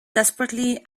desperately